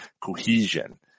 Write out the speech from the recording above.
cohesion